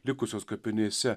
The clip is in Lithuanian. likusios kapinėse